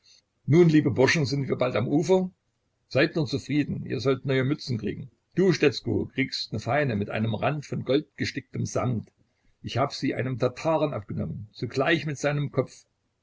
nun liebe burschen sind wir bald am ufer seid nur zufrieden ihr sollt neue mützen kriegen du stetzko kriegst ne feine mit einem rand von goldgesticktem samt ich hab sie einem tataren abgenommen zugleich mit seinem kopf